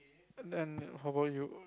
and then how bout you